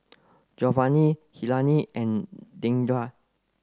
Jovany Helaine and Dandre